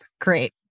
Great